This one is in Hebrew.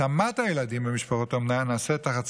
השמת הילדים במשפחות אומנה נעשית תחת